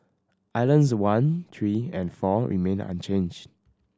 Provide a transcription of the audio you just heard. islands one three and four remained unchanged